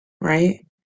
right